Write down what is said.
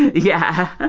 yeah,